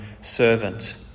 servant